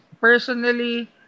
personally